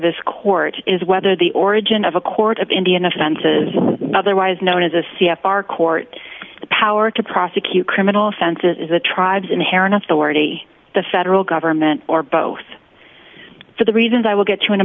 this court is whether the origin of a court of indian offenses otherwise known as a c f r court the power to prosecute criminal offenses is the tribes inherent authority the federal government or both for the reasons i will get to in a